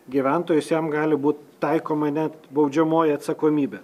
gyventojus jam gali būt taikoma net baudžiamoji atsakomybė